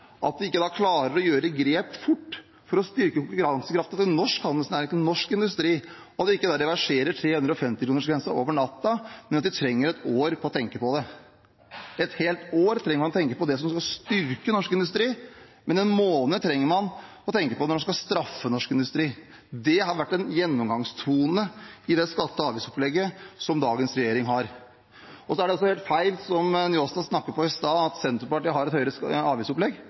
at de ikke klarer å ta grep fort for å styrke norsk handelsnærings og norsk industris konkurransekraft, og at de da ikke reverserer 350-kronersgrensen over natten, men trenger et år til å tenke på det. Ett helt år trenger man til å tenke på det som skal styrke norsk industri, men én måned trenger man å tenke når man skal straffe norsk industri. Det har vært en gjennomgangstone i det skatte- og avgiftsopplegget som dagens regjering har. Det er feil, det som representanten Njåstad snakket om i sted, at Senterpartiet har et høyere avgiftsopplegg.